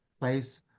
place